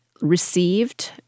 received—